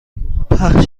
بخش